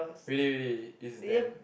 really really it's damn